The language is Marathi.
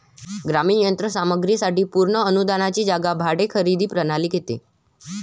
ग्रामीण यंत्र सामग्री साठी पूर्ण अनुदानाची जागा भाडे खरेदी प्रणाली घेते